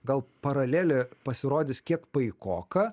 gal paralelė pasirodys kiek paikoka